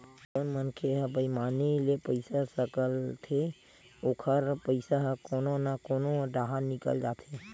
जउन मनखे ह बईमानी ले पइसा सकलथे ओखर पइसा ह कोनो न कोनो डाहर निकल जाथे